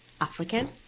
African